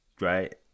right